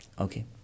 Okay